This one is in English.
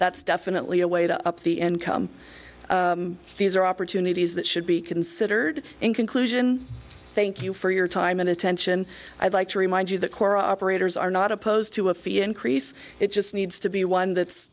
that's definitely a way to up the end come these are opportunities that should be considered in conclusion thank you for your time and attention i'd like to remind you the core operators are not opposed to a fee increase it just needs to be one that's